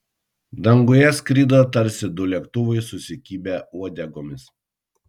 danguje skrido tarsi du lėktuvai susikibę uodegomis